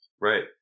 right